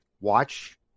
watch